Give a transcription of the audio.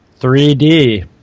3D